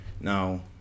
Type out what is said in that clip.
Now